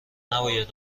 نباید